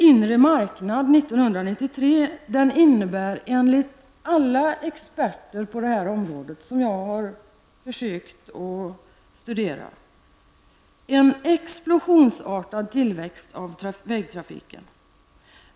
Enligt alla expertutlåtande när det gäller detta område som jag har studerat innebär EGs inre marknad en explosionsartad tillväxt av vägtrafiken.